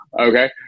Okay